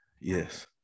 yes